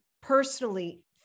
personally